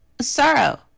Sorrow